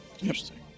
Interesting